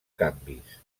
canvis